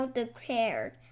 declared